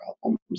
problems